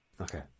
okay